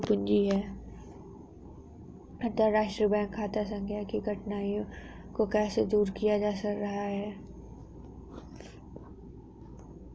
financial capital किसी व्यक्ति के उद्योग में लगी हुई पूंजी है